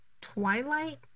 Twilight